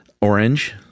Orange